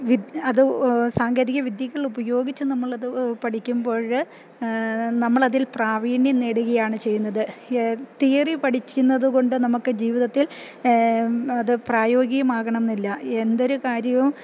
അത് സാങ്കേതിക വിദ്യകൾ ഉപയോഗിച്ച് നമ്മളത് പഠിക്കുമ്പോഴ് നമ്മളതിൽ പ്രാവീണ്യം നേടുകയാണ് ചെയ്യുന്നത് തിയറി പഠിക്കുന്നത് കൊണ്ട് നമുക്ക് ജീവിതത്തിൽ അത് പ്രായോഗ്യമാകണം എന്നില്ല എന്തൊരു കാര്യവും